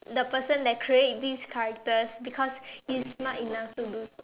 the person that create these characters because it's not enough to do